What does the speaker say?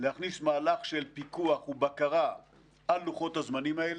להכניס מהלך של פיקוח ובקרה על לוחות הזמנים האלה,